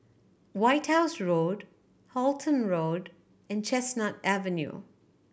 White House Road Halton Road and Chestnut Avenue